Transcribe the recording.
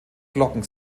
glocken